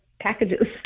packages